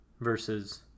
versus